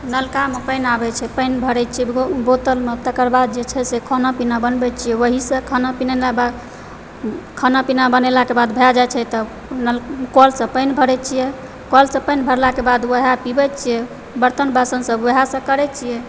नलकामे पानि आबै छै पानि भरए छिऐ बोतलमे तकर बाद जे छै से खाना पीना बनबय छिऐ ओहिसंँ खाना पीना खाना पीना बनेलाक बाद भए जाइ छै तऽ कलसंँ पानि भरए छिऐ कलसंँ पानि भरलाके बाद ओएह पीबए छिऐ बर्तन बासन सब ओएहसँ करए छिऐ